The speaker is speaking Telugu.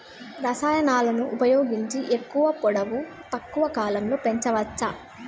రసాయనాలను ఉపయోగించి ఎక్కువ పొడవు తక్కువ కాలంలో పెంచవచ్చా?